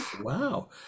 Wow